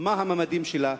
מה הממדים שלה?